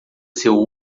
seu